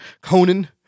Conan